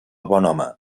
bonhome